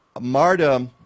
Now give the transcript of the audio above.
marta